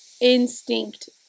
instinct